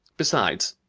besides,